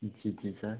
जी जी सर